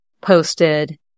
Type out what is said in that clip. posted